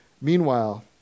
Meanwhile